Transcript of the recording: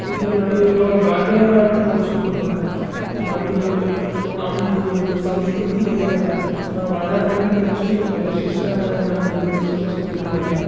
ಇದ್ರ ನಡುವೆ ಇರುವ ಬಾಂಧವ್ಯವನ್ನು ತೋರ್ಸಿ ಕೊಡ್ತದ ನಮ್ಮದು ನಮ್ಮದು ಸಂಸ್ಕೃತಿ ಏನದ ನಾವು ಅಣ್ಣ ತಂಗಿ ಎಷ್ಟು ವೈಶಿಷ್ಟ್ಯದ ನಮ್ಮದಿದು ಸಂಸ್ಕೃತಿದಾಗ